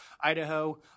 Idaho